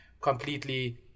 completely